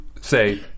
say